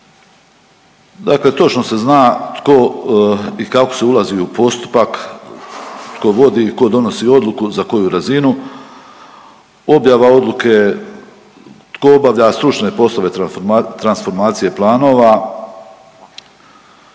Dakle, točno se zna tko i kako se ulazi u postupak, tko god i ko donosi odluku za koju razinu, objava odluke, tko obavlja stručne poslove transformacije planova,